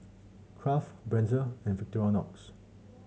Kraft Breezer and Victorinox